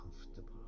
comfortable